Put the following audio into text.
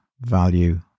value